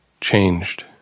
changed